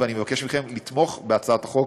ואני מבקש מכם לתמוך בהצעת החוק